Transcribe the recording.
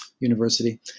university